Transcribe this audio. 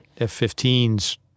F-15s